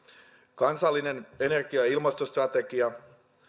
kansallinen energia ja ilmastostrategia